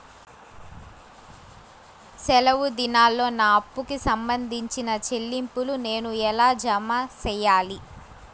సెలవు దినాల్లో నా అప్పుకి సంబంధించిన చెల్లింపులు నేను ఎలా జామ సెయ్యాలి?